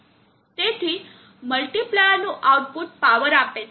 તેથી મલ્ટીપ્લાયરનું output power આપે છે